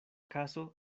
kaso